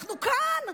אנחנו כאן.